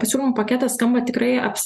pasiūlymų paketas skamba tikrai aps